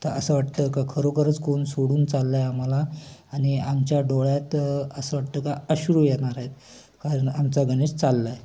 तर असं वाटतं का खरोखरच कोण सोडून चालला आहे आम्हाला आणि आमच्या डोळ्यात असं वाटतं का अश्रू येणार आहेत कारण आमचा गणेश चालला आहे